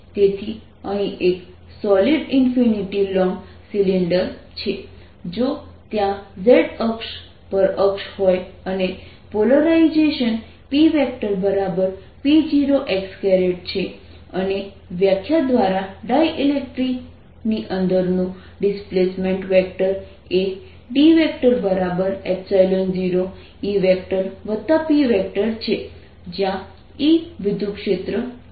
તેથી અહીં એક સોલિડ ઈન્ફિનિટી લોન્ગ સિલિન્ડર છે જો ત્યાં z અક્ષ પર અક્ષ હોય અને પોલરાઇઝેશન PP0x છે અને વ્યાખ્યા દ્વારા ડાઇલેક્ટ્રિક ની અંદરનું ડિસ્પ્લેસમેન્ટ વેક્ટર એ D 0E P છે જ્યાં E વિદ્યુતક્ષેત્ર છે